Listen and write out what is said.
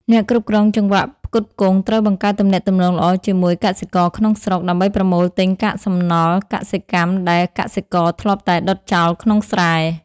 អ្នកគ្រប់គ្រងចង្វាក់ផ្គត់ផ្គង់ត្រូវបង្កើតទំនាក់ទំនងល្អជាមួយកសិករក្នុងស្រុក ដើម្បីប្រមូលទិញកាកសំណល់កសិកម្មដែលកសិករធ្លាប់តែដុតចោលក្នុងស្រែ។